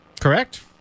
Correct